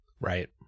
Right